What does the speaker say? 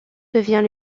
devient